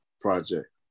project